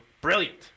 brilliant